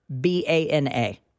B-A-N-A